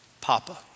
Papa